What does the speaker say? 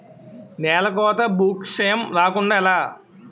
నేలకోత భూక్షయం రాకుండ ఎలా?